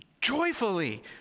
joyfully